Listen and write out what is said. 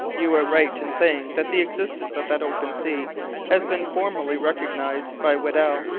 you were right in saying that the existence of that open sea has been formally recognized by weddell.